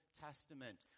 Testament